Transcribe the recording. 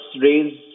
raise